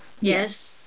Yes